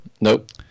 nope